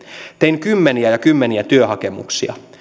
tein kymmeniä ja kymmeniä työhakemuksia